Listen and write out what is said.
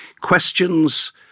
Questions